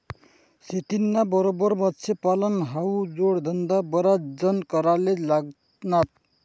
शेतीना बरोबर मत्स्यपालन हावू जोडधंदा बराच जण कराले लागनात